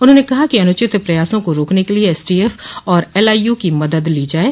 उन्होंने कहा कि अनुचित प्रयासों को रोकने के लिए एसटीएफ और एलआईयू की मदद ली जाये